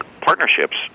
partnerships